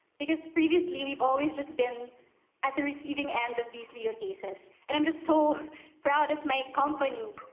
because previously, we've always just been at the receiving end of these legal cases. and i'm just so proud of my company,